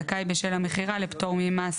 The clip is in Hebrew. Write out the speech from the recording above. זכאי בשל המכירה לפטור ממס